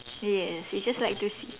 yes you just like to see